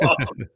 awesome